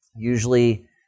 Usually